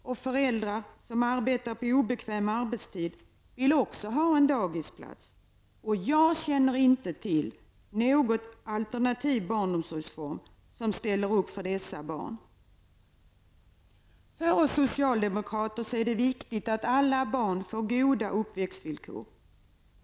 Föräldrar som arbetar obekväm arbetstid vill också ha en dagisplats. Jag känner inte till någon alternativ barnomsorgsform som ställer upp för dessa barn. För oss socialdemokrater är det viktigt att alla barn får goda uppväxtvillkor.